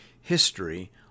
history